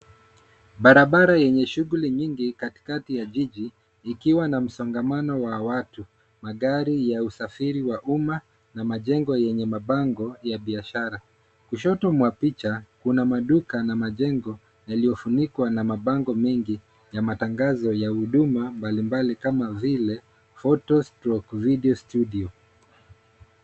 Barabara yenye shughuli nyingi katikati ya jiji ikiwa na msongamano wa watu ,magari ya usafiri wa umma na majengo yenye mabango ya biashara, kushoto mwa picha kuna maduka na majengo yaliyofunikwa na mabango mengi ya matangazo ya huduma mbalimbali kama vile photos/video studio .